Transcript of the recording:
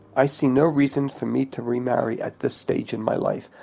i see no reason for me to remarry at this stage in my life.